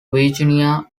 virginia